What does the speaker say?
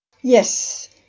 yes